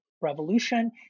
Revolution